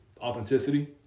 authenticity